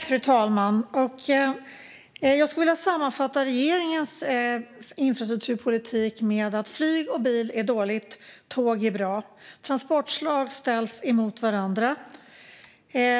Fru talman! Jag skulle vilja sammanfatta regeringens infrastrukturpolitik med att flyg och bil är dåligt och att tåg är bra. Transportslag ställs mot varandra,